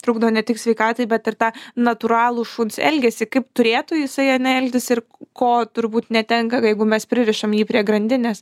trukdo ne tik sveikatai bet ir tą natūralų šuns elgesį kaip turėtų jisai ane elgtis ir ko turbūt netenka jeigu mes pririšam jį prie grandinės